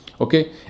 okay